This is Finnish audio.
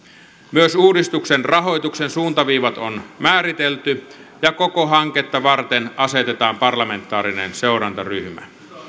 myös uudistuksen rahoituksen suuntaviivat on määritelty ja koko hanketta varten asetetaan parlamentaarinen seurantaryhmä